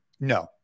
No